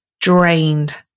drained